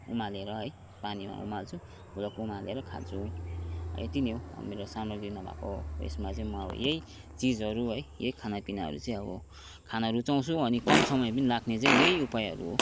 उमालेर है पानीमा उमाल्छु भुलुक्क उमालेर खान्छु यति नै हो मेरो सामग्री नभएकोमा उयसमा चाहिँ म यही चिजहरू है यही खानापिनाहरू चाहिँ अब खान रुचाउँछु अनि कम समय पनि लाग्ने चाहिँ यही उपायहरू हो